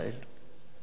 כשנשאל: